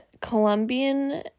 Colombian